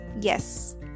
Yes